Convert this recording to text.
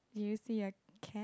do you see a cat